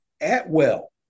Atwell